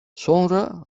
sonra